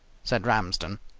said ramsden.